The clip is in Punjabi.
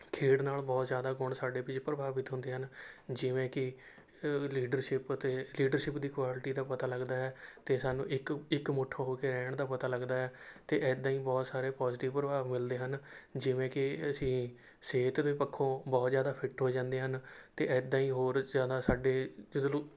ਖੇਡ ਨਾਲ ਬਹੁਤ ਜ਼ਿਆਦਾ ਗੁਣ ਸਾਡੇ ਵਿੱਚ ਪ੍ਰਭਾਵਿਤ ਹੁੰਦੇ ਹਨ ਜਿਵੇਂ ਕਿ ਲੀਡਰਸ਼ਿਪ ਅਤੇ ਲੀਡਰਸ਼ਿਪ ਦੀ ਕੁਆਲਿਟੀ ਦਾ ਪਤਾ ਲੱਗਦਾ ਹੈ ਅਤੇ ਸਾਨੂੰ ਇੱਕ ਇੱਕਮੁੱਠ ਹੋ ਕੇ ਰਹਿਣ ਦਾ ਪਤਾ ਲੱਗਦਾ ਹੈ ਅਤੇ ਇੱਦਾਂ ਹੀ ਬਹੁਤ ਸਾਰੇ ਪੋਜ਼ੀਟਿਵ ਪ੍ਰਭਾਵ ਮਿਲਦੇ ਹਨ ਜਿਵੇਂ ਕਿ ਅਸੀਂ ਸਿਹਤ ਦੇ ਪੱਖੋਂ ਬਹੁਤ ਜ਼ਿਆਦਾ ਫਿੱਟ ਹੋ ਜਾਂਦੇ ਹਨ ਅਤੇ ਇੱਦਾਂ ਹੀ ਹੋਰ ਜ਼ਿਆਦਾ ਸਾਡੇ